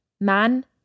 man